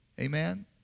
Amen